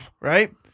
right